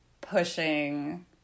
pushing